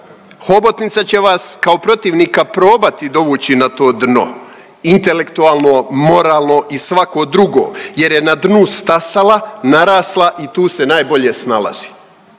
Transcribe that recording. Hobotnica će vas kao protivnika probati dovući na to dno intelektualno, moralno i svako drugo jer je na dnu stasala, narasla i tu se najbolje snalazi.